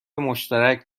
مشترک